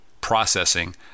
processing